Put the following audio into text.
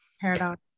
paradox